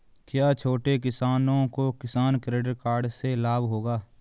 क्या छोटे किसानों को किसान क्रेडिट कार्ड से लाभ होगा?